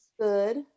good